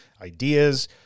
ideas